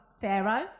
Pharaoh